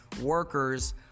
workers